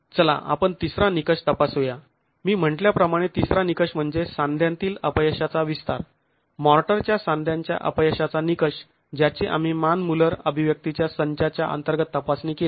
चला आपण तिसरा निकष तपासूया मी म्हंटल्या प्रमाणे तिसरा निकष म्हणजे सांध्यातील अपयशाचा विस्तार मॉर्टरच्या सांध्यांच्या अपयशाचा निकष ज्याची आम्ही मान मुल्लर अभिव्यक्तीच्या संचाच्या अंतर्गत तपासणी केली